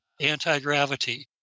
anti-gravity